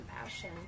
compassion